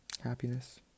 happiness